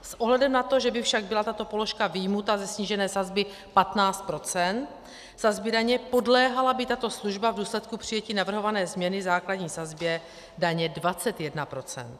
S ohledem na to, že by však byla tato položka vyjmuta ze snížené sazby 15 % sazby daně, podléhala by tato služba v důsledku přijetí navrhované změny základní sazbě daně 21 %.